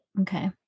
Okay